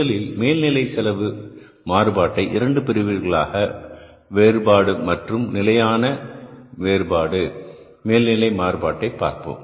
முதலில் மேல் நிலை செலவு மாறுபாட்டை 2 பிரிவுகளான வேறுபாடு மற்றும் நிலையான மேல்நிலை மாறுபாட்டை பார்ப்போம்